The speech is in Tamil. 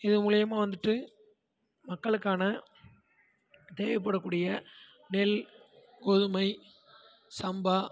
இது மூலயமா வந்துட்டு மக்களுக்கான தேவைப்படக்கூடிய நெல் கோதுமை சம்பா